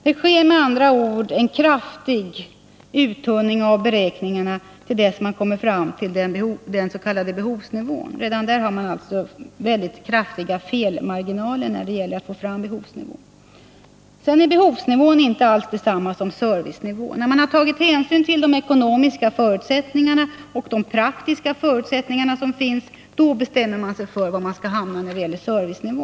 Det sker med andra ord en kraftig uttunning av beräkningarna till dess man kommer fram till den s.k. behovsnivån. Behovsnivå är inte alls detsamma som servicenivå. När man har tagit hänsyn till de ekonomiska förutsättningarna och de praktiska förutsättningar som finns, bestämmer man var man skall hamna då det gäller servicenivå.